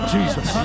Jesus